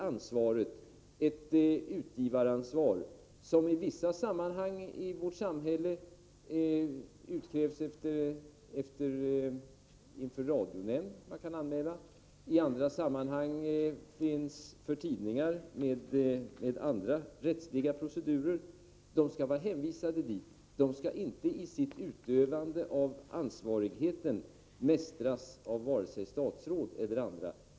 Detta utgivaransvar kan i vissa sammanhang i vårt samhälle utkrävas inför radionämnden, medan det för tidningarna finns andra rättsliga procedurer. Den som har detta utgivaransvar skall inte i sitt utövande av ansvarigheten mästras av vare sig statsråd eller andra.